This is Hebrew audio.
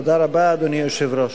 תודה רבה, אדוני היושב-ראש.